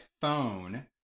phone